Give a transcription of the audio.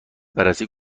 بررسی